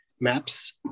maps